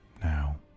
now